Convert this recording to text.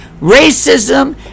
racism